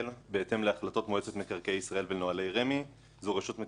בהתאם להחלטות מועצות מקרקעי ישראל ונהלי רמ"י זו רשות מקרקעי ישראל.